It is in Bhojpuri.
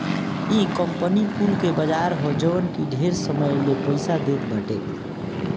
इ कंपनी कुल के बाजार ह जवन की ढेर समय ले पईसा देत बाटे